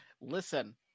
Listen